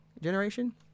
generation